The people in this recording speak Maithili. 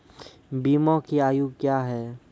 बीमा के आयु क्या हैं?